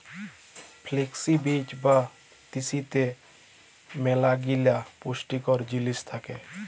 flakes বীজ বা তিসিতে ম্যালাগিলা পুষ্টিকর জিলিস থ্যাকে